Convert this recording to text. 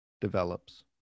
develops